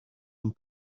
and